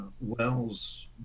wells